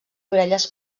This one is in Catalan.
orelles